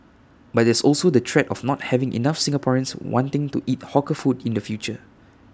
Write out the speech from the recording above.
but there's also the threat of not having enough Singaporeans wanting to eat hawker food in the future